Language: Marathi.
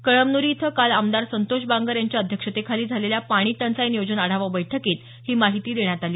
कळमनुरी इथं काल आमदार संतोष बांगर यांच्या अध्यक्षतेखाली झालेल्या पाणी टंचाई नियोजन आढावा बैठकीत ही माहिती देण्यात आली